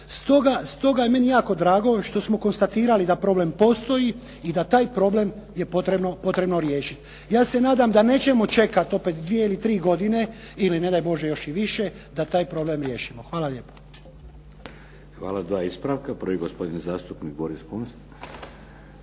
stoga je meni jako drago što smo konstatirali da problem postoji i da taj problem je potrebno, potrebno riješiti. Ja se nadam da nećemo čekati opet dvije ili tri godine ili ne daj Bože još i više da taj problem riješimo. Hvala lijepo. **Šeks, Vladimir (HDZ)** Hvala. Dva ispravka. Prvi gospodin zastupnik Boris Kunst.